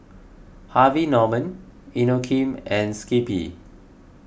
Harvey Norman Inokim and Skippy